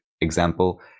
example